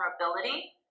vulnerability